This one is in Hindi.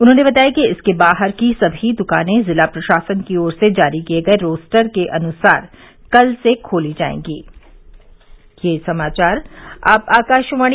उन्होंने बताया कि इसके बाहर की सभी दुकानें जिला प्रशासन की ओर से जारी किए गए रोस्टर के अनुसार कल से खोली जाएंगी